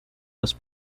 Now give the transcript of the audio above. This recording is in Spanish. los